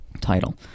Title